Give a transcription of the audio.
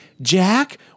Jack